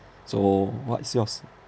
so what's yours